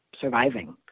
surviving